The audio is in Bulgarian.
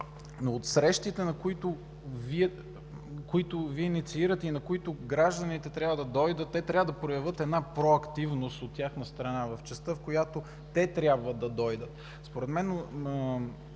но от срещите, които Вие инициирате и на които гражданите трябва да дойдат, те трябва да проявят проактивност от тяхна страна в частта, в която те трябва да дойдат. Според мен